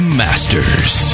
masters